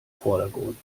vordergrund